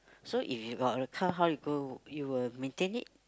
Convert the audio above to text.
so if you got a car how you go you will maintain it